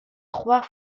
trois